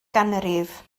ganrif